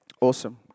Awesome